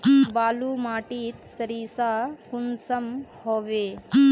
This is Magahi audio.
बालू माटित सारीसा कुंसम होबे?